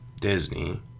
Disney